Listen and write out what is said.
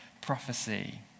prophecy